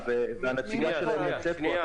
הנציגה שלהם נמצאת פה,